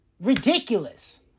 ridiculous